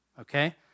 okay